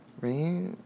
Right